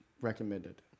recommended